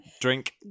drink